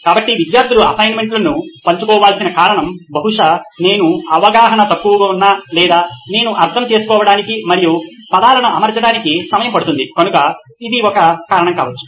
కాబట్టి విద్యార్థులు అసైన్మెంట్లను పంచుకోవాల్సిన కారణం బహుశా నేను అవగాహన తక్కువగా ఉన్న లేదా నేను అర్థం చేసుకోవడానికి మరియు పదాలను అమర్చడానికి సమయం పడుతుంది కనుక ఇది ఒక కారణం కావచ్చు